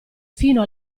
fino